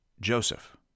Joseph